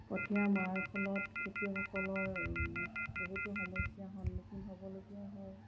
কঠিয়া মৰাৰ ফলত খেতিয়সকলৰ বহুতো সমস্যাৰ সন্মুখীন হ'বলগীয়া হয়